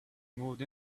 moved